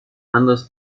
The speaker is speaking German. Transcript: anderes